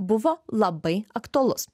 buvo labai aktualus